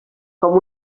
com